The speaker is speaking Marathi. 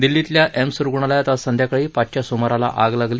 दिल्लीतल्या एम्स रुग्णालयात आज संध्याकाळी पाचच्या सुमारास आग लागली